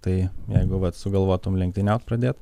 tai jeigu sugalvotum lenktyniaut pradėt